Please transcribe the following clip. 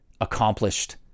accomplished